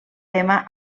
tema